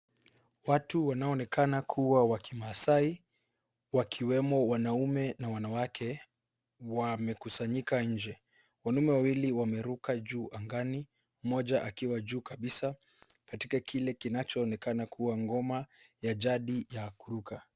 Watu wanaoneekana kuwa wa kimaasai wakiwemo wanaume na wanawake wamekusanyika nje. Wanaume wawili wanaruka juu angani mmoja akiwa juu kabisa katika kile kinachoonekana kuwa ngoma ya jadi ya kuruka.